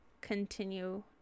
continue